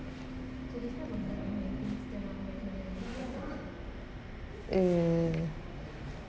err